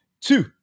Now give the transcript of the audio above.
two